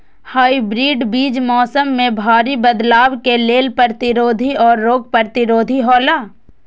hybrid बीज मौसम में भारी बदलाव के लेल प्रतिरोधी और रोग प्रतिरोधी हौला